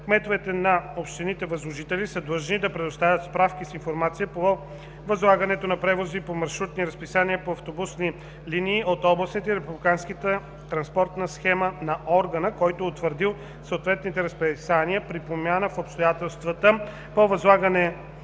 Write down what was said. Кметовете на общините възложители са длъжни да предоставят справки с информация по възлагането на превози по маршрутни разписания по автобусни линии от областните и републиканската транспортна схема на органа, който е утвърдил съответните разписания. При промяна в обстоятелствата по възлагане